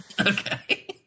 Okay